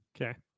Okay